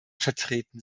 vertreten